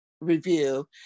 review